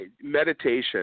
meditation